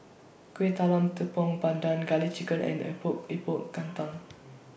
Kueh Talam Tepong Pandan Garlic Chicken and Epok Epok Kentang